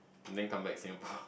then come back Singapore